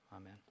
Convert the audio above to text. Amen